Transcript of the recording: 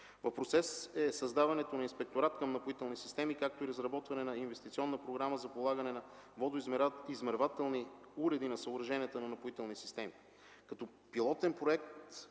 В процес е създаването на инспекторат към „Напоителни системи”, както и разработването на инвестиционна програма за полагане на водоизмервателни уреди на съоръженията на „Напоителни системи”. Като пилотен проект